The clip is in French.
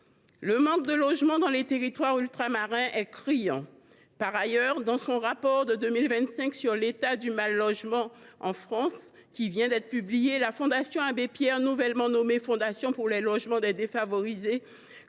Le manque de logements dans les territoires ultramarins est criant. Dans son trentième rapport sur l’état du mal logement en France, tout juste publié, la Fondation Abbé Pierre, nouvellement nommée Fondation pour les logements des défavorisés,